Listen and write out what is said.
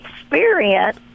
experience